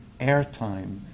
airtime